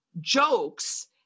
jokes